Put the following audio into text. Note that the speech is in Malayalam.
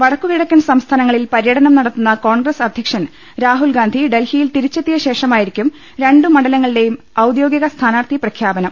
വടക്കു കിഴക്കൻ സംസ്ഥാനങ്ങളിൽ പര്യടനം നടത്തുന്ന കോൺഗ്രസ് അധ്യക്ഷൻ രാഹുൽഗാന്ധി ഡൽഹിയിൽ തിരിച്ചെത്തിയ ശേഷമായിരിക്കും രണ്ടു മണ്ഡലങ്ങളിലെയും ഔദ്യോഗിക സ്ഥാനാർഥി പ്രഖ്യാപനം